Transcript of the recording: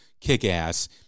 kick-ass